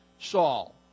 Saul